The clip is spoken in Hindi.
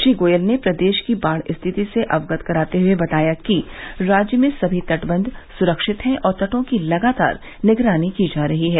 श्री गोयल ने प्रदेश की बाढ स्थिति से अवगत कराते हुए बताया कि राज्य में सभी तटबन्ध सुरक्षित हैं तटों की लगातार निगरानी की जा रही है